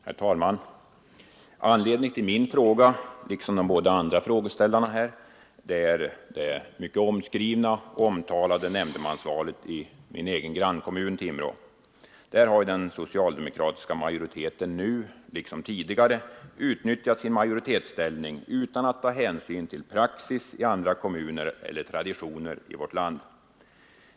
Herr talman! Anledningen till att jag, liksom de båda föregående frågeställarna, ställt en fråga om nämndemannauppdraget är det mycket omskrivna och omtalade nämndemannavalet i min egen grannkommun Timrå. Där har den socialdemokratiska majoriteten nu liksom tidigare utnyttjat sin majoritetsställning utan att ta hänsyn till praxis i andra kommuner eller traditioner i vårt land.